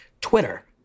Twitter